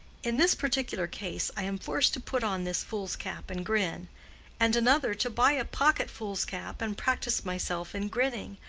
in this particular case i am forced to put on this foolscap and grin and another to buy a pocket foolscap and practice myself in grinning.